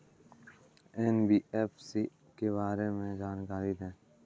NBFC के बारे में जानकारी दें?